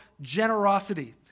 generosity